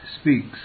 speaks